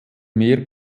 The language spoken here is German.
mehr